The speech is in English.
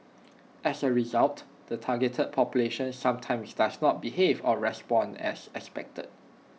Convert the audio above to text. as A result the targeted population sometimes does not behave or respond as expected